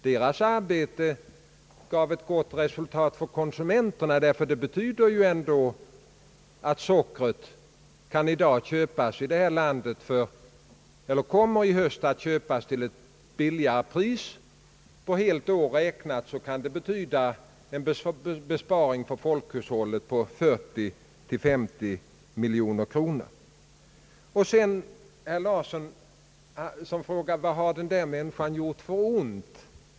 Deras arbete gav ett gott resultat för konsumenterna, ty det betyder ändå att sockret här i landet i höst kommer att kunna köpas till ett lägre pris. På ett helt år räknat kan det betyda en besparing för folkhushållet på 40—50 miljoner kronor. Sedan frågar herr Larsson vad den där människan deltidsjordbrukaren har gjort för ont.